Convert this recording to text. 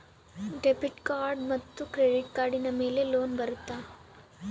Debit ಮತ್ತು credit ಕಾರ್ಡಿನ ಮೇಲೆ ಲೋನ್ ಬರುತ್ತಾ?